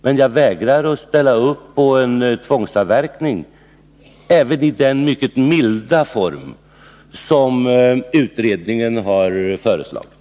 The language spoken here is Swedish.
Men jag vägrar att ställa upp på en tvångsavverkning även i den mycket milda form som utredningen har föreslagit.